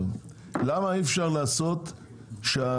אני רוצה להבין עכשיו למה אי-אפשר לעשות שהתשתיות